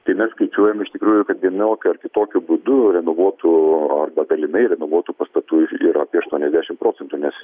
tai mes skaičiuojam iš tikrųjų kad vienokiu ar kitokiu būdu renovuotų arba dalinai renovuotų pastatų yra apie aštuoniasdešim procentų nes